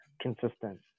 consistent